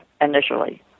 initially